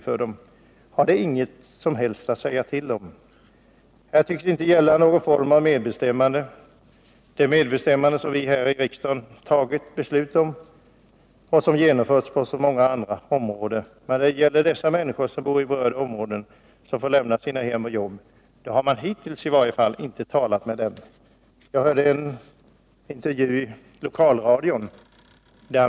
Har de här människorna inget som helst att säga till om? Här tycks det inte gälla någon form av medbestämmande, det medbestämmande som vi här i riksdagen fattat beslut om och som genomförts på så många andra områden. Men de människor som bor i de berörda områdena och som måste lämna sina hem och arbeten har man i flera fall hittills inte talat med. Jag hörde en intervju i lokalradion.